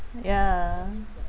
ya